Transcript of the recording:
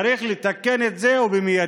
צריך לתקן את זה ומייד.